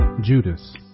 Judas